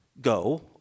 go